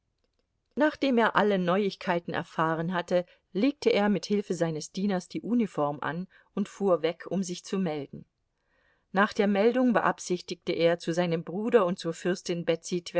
nachdem er alle neuigkeiten erfahren hatte legte er mit hilfe seines dieners die uniform an und fuhr weg um sich zu melden nach der meldung beabsichtigte er zu seinem bruder und zur fürstin betsy